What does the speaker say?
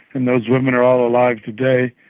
and those women are all alive today,